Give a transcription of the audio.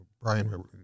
Brian